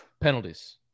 Penalties